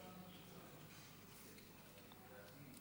שלוש